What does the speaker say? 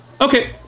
okay